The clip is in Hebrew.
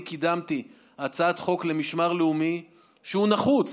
אני קידמתי הצעת חוק למשמר לאומי, שהוא נחוץ,